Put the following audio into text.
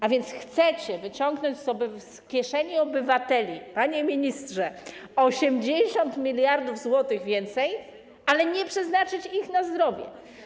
A więc chcecie wyciągnąć z kieszeni obywateli, panie ministrze, 80 mld zł więcej, ale nie przeznaczyć ich na zdrowie.